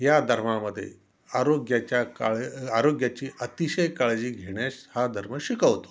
या धर्मामध्ये आरोग्याच्या काळ आरोग्याची अतिशय काळजी घेण्यास हा धर्म शिकवतो